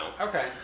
Okay